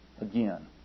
again